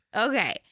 Okay